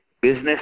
business